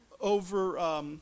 over